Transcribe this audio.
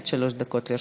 עד שלוש דקות לרשותך.